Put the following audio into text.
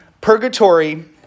purgatory